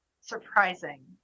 surprising